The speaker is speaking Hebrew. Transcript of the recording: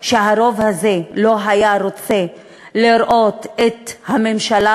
שהרוב הזה לא היה רוצה לראות את הממשלה